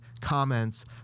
comments